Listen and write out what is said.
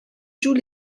joue